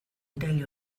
irail